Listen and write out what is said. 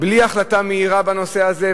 בלי החלטה מהירה בנושא הזה,